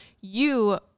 You-